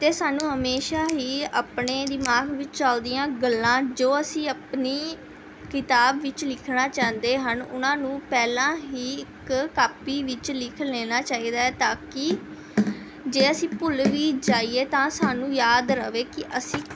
ਅਤੇ ਸਾਨੂੰ ਹਮੇਸ਼ਾਂ ਹੀ ਆਪਣੇ ਦਿਮਾਗ ਵਿੱਚ ਚਲਦੀਆਂ ਗੱਲਾਂ ਜੋ ਅਸੀਂ ਆਪਣੀ ਕਿਤਾਬ ਵਿੱਚ ਲਿਖਣਾ ਚਾਹੁੰਦੇ ਹਨ ਉਨ੍ਹਾਂ ਨੂੰ ਪਹਿਲਾਂ ਹੀ ਇੱਕ ਕਾਪੀ ਵਿੱਚ ਲਿਖ ਲੈਣਾ ਚਾਹੀਦਾ ਹੈ ਤਾਂ ਕਿ ਜੇ ਅਸੀਂ ਭੁੱਲ ਵੀ ਜਾਈਏ ਤਾਂ ਸਾਨੂੰ ਯਾਦ ਰਹੇ ਕਿ ਅਸੀਂ